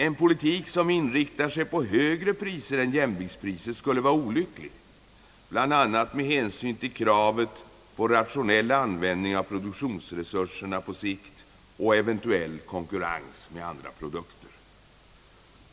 En politik som inriktar sig på högre priser än jämviktspriset skulle vara olycklig, bl.a. med hänsyn till kravet på rationell användning av produktionsresurserna på sikt och eventuell konkurrens med andra produkter.